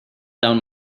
down